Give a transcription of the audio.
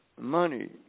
money